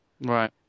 Right